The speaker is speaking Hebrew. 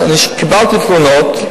אני קיבלתי תלונות,